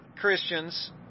Christians